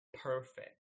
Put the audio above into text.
perfect